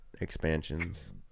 expansions